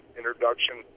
introduction